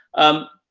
um,